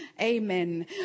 Amen